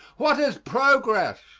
what is progress?